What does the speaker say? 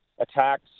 attacks